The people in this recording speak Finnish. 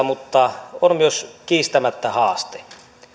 mutta on myös kiistämättä haasteita